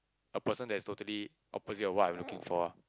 a person that's totally opposite of what I'm looking for ah